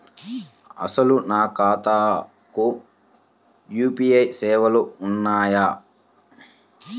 అసలు నా ఖాతాకు యూ.పీ.ఐ సేవలు ఉన్నాయా?